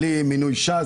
בלי מינוי ש"ס,